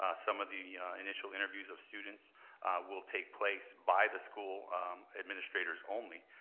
some of the initial interviews of students will take place by the school administrators only,